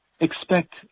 expect